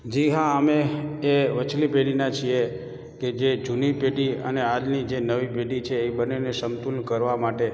જી હા અમે એ વચલી પેઢીનાં છીએ કે જે જૂની પેઢી અને આગવી જે નવી પેઢી છે એ બંનેને સમતોલ કરવા માટે